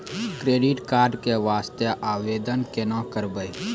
Credit card के वास्ते आवेदन केना करबै?